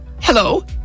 Hello